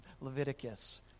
Leviticus